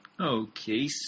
Okay